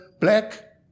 black